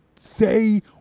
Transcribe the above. say